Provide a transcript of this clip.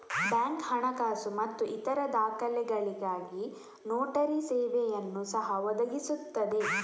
bank ಹಣಕಾಸು ಮತ್ತು ಇತರ ದಾಖಲೆಗಳಿಗಾಗಿ ನೋಟರಿ ಸೇವೆಯನ್ನು ಸಹ ಒದಗಿಸುತ್ತದೆ